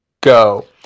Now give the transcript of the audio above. go